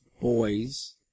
boys